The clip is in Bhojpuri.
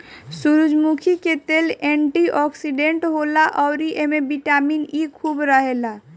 सूरजमुखी के तेल एंटी ओक्सिडेंट होला अउरी एमे बिटामिन इ खूब रहेला